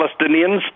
Palestinians